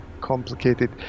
complicated